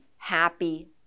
happy